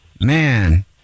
Man